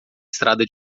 estrada